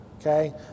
okay